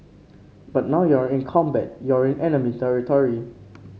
but now you're in combat you're in enemy territory